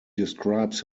describes